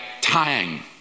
time